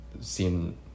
seen